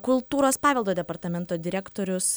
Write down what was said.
kultūros paveldo departamento direktorius